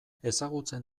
ezagutzen